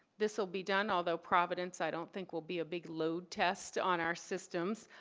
this will be done although providence, i don't think will be a big load test on our systems.